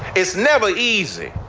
it's never easy